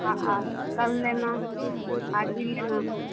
हाँ आ कल लेना है आज ही लेना है